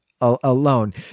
alone